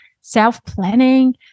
self-planning